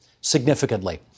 significantly